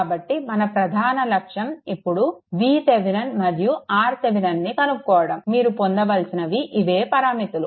కాబట్టి మన ప్రధాన లక్ష్యం ఇప్పుడు VThevenin మరియు RThevenin ను కనుక్కోవాలి మీరు పొందవలసినది ఇవే పరామితులు